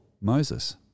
Moses